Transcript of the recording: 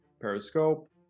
periscope